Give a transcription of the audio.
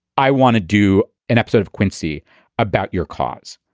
i want to do an episode of quincy about your cause.